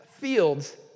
fields